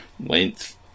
length